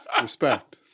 Respect